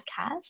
podcast